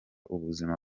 ubuzima